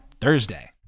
Thursday